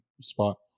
spot